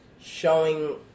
showing